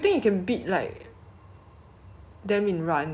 like it's otter-sized [what] that means like 他们蛮小的 mah